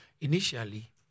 initially